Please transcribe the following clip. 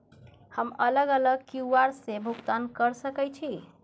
हम अलग अलग क्यू.आर से भुगतान कय सके छि?